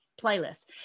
playlist